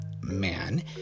man